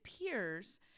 appears